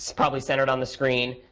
probably centered on the screen,